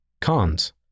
Cons